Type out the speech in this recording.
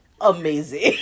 amazing